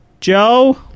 Joe